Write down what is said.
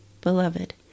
beloved